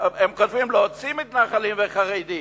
והם כותבים: להוציא מתנחלים וחרדים,